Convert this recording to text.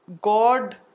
god